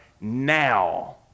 now